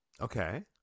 okay